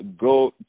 go